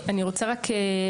אני רוצה למקד.